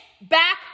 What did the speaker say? back